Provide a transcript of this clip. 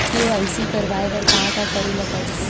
KYC करवाय बर का का करे ल पड़थे?